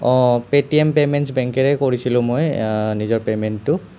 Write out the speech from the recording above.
অঁ Paytm payments বেংকেৰে কৰিছিলোঁ মই নিজৰ পে'মেণ্টটো